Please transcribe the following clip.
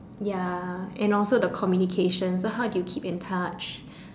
ya and also the communication like how you keep in touch